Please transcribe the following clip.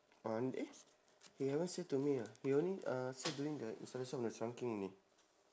on eh he never said to me ah he only uh said to me the installation of the trunking leh